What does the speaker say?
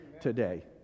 today